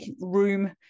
room